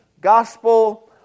gospel